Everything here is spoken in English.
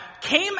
came